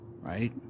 right